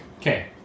Okay